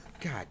God